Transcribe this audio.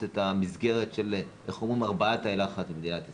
את המסגרת של ארבעת תאי הלחץ במדינת ישראל.